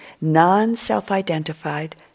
non-self-identified